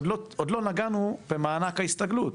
רק עוד לא נגענו במענק ההסתגלות,